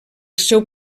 seu